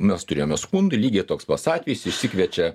mes turėjome skundų lygiai toks pats atvejis išsikviečia